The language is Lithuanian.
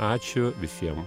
ačiū visiem